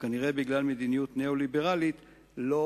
וכנראה בגלל מדיניות ניאו-ליברלית לא